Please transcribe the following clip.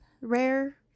rare